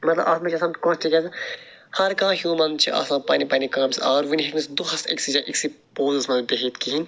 مطلب اتھ مَنٛز چھ آسان ہر کانٛہہ ہیٛوٗمَن چھُ آسان پَننہِ پَننہِ کامہِ سۭتۍ آور وۄنۍ ہیٚکہ نہٕ سُہ دۄہَس أکسٕے جایہِ أکسٕے پوزَس مَنٛز بیہِتھ کِہیٖنۍ